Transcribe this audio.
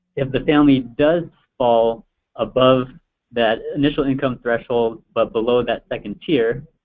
if the family does fall above that initial income threshold but below that second tier,